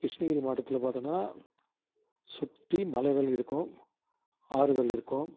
கிருஷ்ணகிரி மாவட்டத்தில் பார்த்தோன்னா சுற்றி மலைகள் இருக்கும் ஆறுகள் இருக்கும்